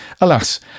alas